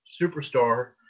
superstar